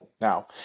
Now